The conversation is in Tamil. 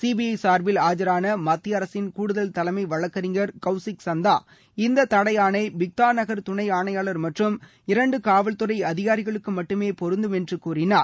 சிபிஐ சார்பில் ஆஜரான மத்திய அரசின் கூடுதல் தலைமை வழக்கறிஞர் கவுசிக் சந்தா இந்த தடை ஆணை பிக்தான் நகர் துணை ஆணையாளர் மற்றும் இரண்டு காவல்துறை அதிகாரிகளுக்கு மட்டுமே பொருந்தும் என்று கூறினார்